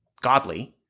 godly